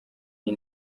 iyi